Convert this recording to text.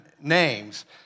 names